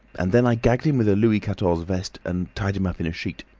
and then i gagged him with a louis quatorze vest and tied him up in a sheet.